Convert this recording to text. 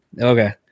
Okay